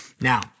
Now